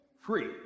free